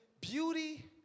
beauty